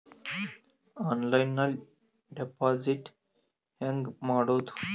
ಆನ್ಲೈನ್ನಲ್ಲಿ ಡೆಪಾಜಿಟ್ ಹೆಂಗ್ ಮಾಡುದು?